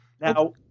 Now